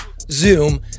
Zoom